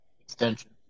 extension